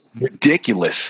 ridiculous